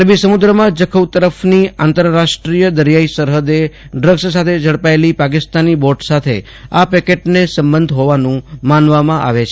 અરબી સમુદ્રમાં જખૌ તરફથી આંતર રાષ્ટ્રીય દરિયાઈ સરહદે ડ્રગ્સ સાથે ઝડપાયેલી પાકિસ્તાની બોટ સાથે આ પેકેટને સંબંધ હોવાનું મનાય છે